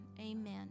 Amen